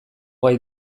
gai